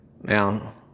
Now